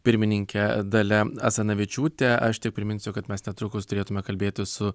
pirmininke dalia asanavičiūte aš tik priminsiu kad mes netrukus turėtume kalbėti su